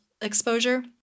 exposure